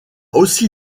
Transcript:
aussi